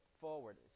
forward